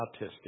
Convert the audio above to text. autistic